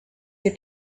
you